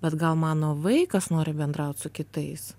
bet gal mano vaikas nori bendraut su kitais